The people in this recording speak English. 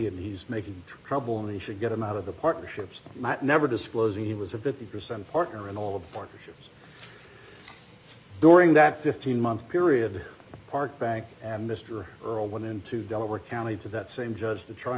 and he's making trouble and they should get him out of the partnerships might never disclosing he was a fifty percent partner in all of partnerships during that fifteen month period park bank and mr earle went into delaware county to that same judge to try